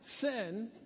sin